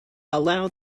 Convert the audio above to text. allow